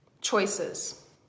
choices